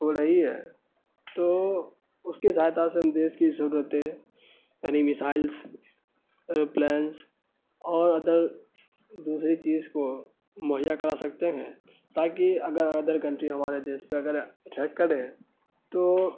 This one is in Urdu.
ہو رہی ہے تو اس کی سہایتا سے ہم دیش کی ضرورتیں یعنی میزائلس ایئروپلینس اور ادر دوسری چیز کو مہیا کرا سکتے ہیں تاکہ اگر ادر کنٹری ہمارے دیش پہ اگر اٹیک کرے تو